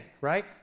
right